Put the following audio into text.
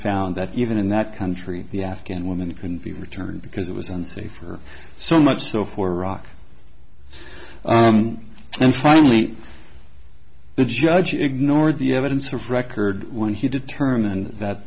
found that even in that country the afghan women couldn't be returned because it was unsafe or so much so for rock and finally the judge ignored the evidence of record when he determined that